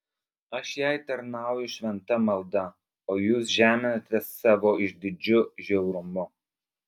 aš jai tarnauju šventa malda o jūs žeminate savo išdidžiu žiaurumu